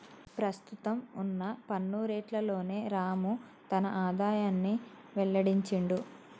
ప్రస్తుతం వున్న పన్ను రేట్లలోనే రాము తన ఆదాయాన్ని వెల్లడించిండు